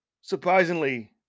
surprisingly